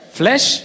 flesh